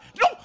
No